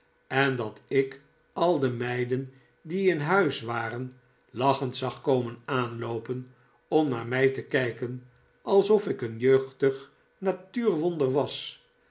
en dat ik al de meiden die in huis waren lachend zag komen aanloopen om naar mij te kijken alsof ik een jeugdig natuurwonder was